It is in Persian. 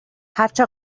هرچه